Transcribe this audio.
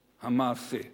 המעשה.